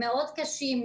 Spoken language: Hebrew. מאוד קשים,